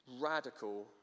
Radical